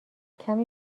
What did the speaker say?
کمی